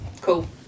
cool